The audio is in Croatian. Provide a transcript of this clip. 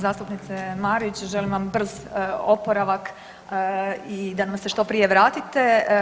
Zastupnice Marić želim vam brz oporavak i da nam se što prije vratite.